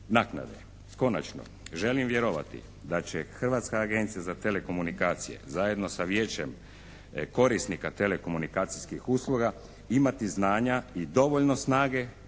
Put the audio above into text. naknade. Konačno želim vjerovati da će Hrvatska agencija za telekomunikacije zajedno sa Vijećem korisnika telekomunikacijskih usluga imati znanja i dovoljno snage,